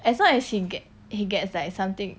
as long as he get he gets like something